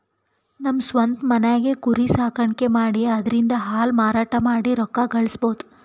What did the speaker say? ನಮ್ ಸ್ವಂತ್ ಮನ್ಯಾಗೆ ಕುರಿ ಸಾಕಾಣಿಕೆ ಮಾಡಿ ಅದ್ರಿಂದಾ ಹಾಲ್ ಮಾರಾಟ ಮಾಡಿ ರೊಕ್ಕ ಗಳಸಬಹುದ್